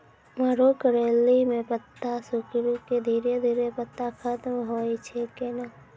मरो करैली म पत्ता सिकुड़ी के धीरे धीरे पत्ता खत्म होय छै कैनै?